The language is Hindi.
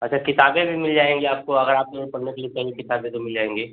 अच्छा किताबें भी मिल जाएँगी आपको अगर आप यहीं पढ़ने के लिए कहेंगी किताबें तो मिल जाएँगी